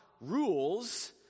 rules